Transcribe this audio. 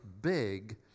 big